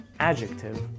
adjective